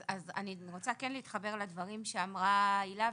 אז אני רוצה כן להתחבר לדברים שאמרה הילה,